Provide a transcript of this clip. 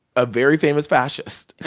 a very famous fascist,